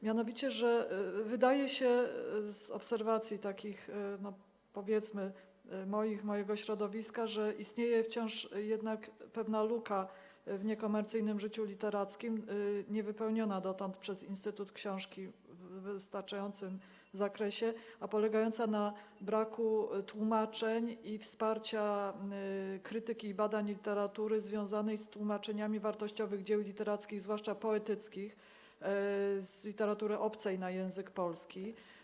Mianowicie wydaje się na podstawie obserwacji, powiedzmy, moich, mojego środowiska, że istnieje wciąż jednak pewna luka w niekomercyjnym życiu literackim, niewypełniana dotąd przez Instytut Książki w wystarczającym zakresie, a polegająca na braku tłumaczeń i wsparcia krytyki i badań literatury, co związane jest z tłumaczeniami wartościowych dzieł literackich, zwłaszcza poetyckich, z literatury obcej na język polski.